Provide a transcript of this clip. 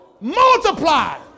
multiply